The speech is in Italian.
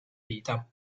vita